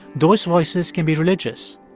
those voices can be religious.